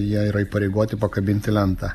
jie yra įpareigoti pakabinti lentą